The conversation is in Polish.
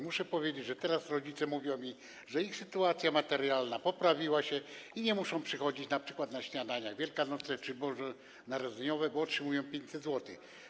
Muszę powiedzieć, że teraz rodzice mówią mi, że ich sytuacja materialna poprawiła się i nie muszą przychodzić np. na śniadania wielkanocne czy bożonarodzeniowe, bo otrzymują 500 zł.